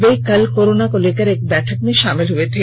वे कल कोरोना को लेकर एक बैठक में शामिल हुए थे